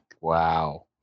Wow